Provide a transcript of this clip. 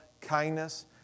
kindness